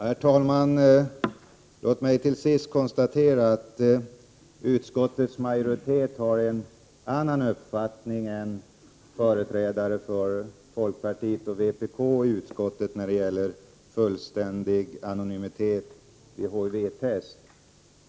Herr talman! Låt mig konstatera att utskottets majoritet har en annan uppfattning än folkpartiets och vpk:s företrädare i utskottet när det gäller rätten till fullständig anonymitet vid HIV-test.